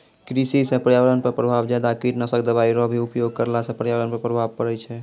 कृषि से पर्यावरण पर प्रभाव ज्यादा कीटनाशक दवाई रो भी उपयोग करला से पर्यावरण पर प्रभाव पड़ै छै